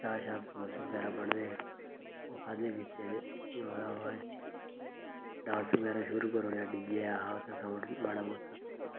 चाह् शा समोसे बगैरा बने दे हे ओह् खाद्धे पीते ते ओह्दे बाद च डांस बगैरा शुरु करी ओड़ेआ डी जे ऐ हा उत्थै साउंड माड़ा मुट्टा